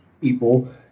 people